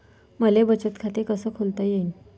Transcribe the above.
मले बचत खाते कसं खोलता येईन?